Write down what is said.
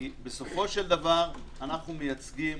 כי בסופו של דבר אנחנו מייצגים